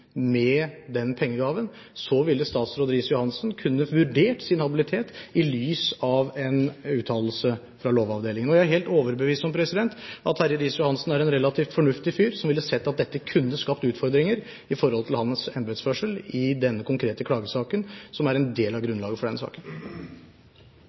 med den pengegaven, ville statsråd Riis-Johansen kunnet vurdere sin habilitet i lys av en uttalelse fra Lovavdelingen. Jeg er helt overbevist om at Terje Riis-Johansen er en relativt fornuftig fyr som ville sett at dette kunne skapt utfordringer i forhold til hans embetsførsel i denne konkrete klagesaken, som er en del av